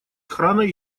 охраной